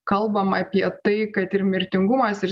kalbama apie tai kad ir mirtingumas ir